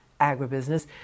agribusiness